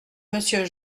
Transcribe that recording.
monsieur